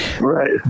right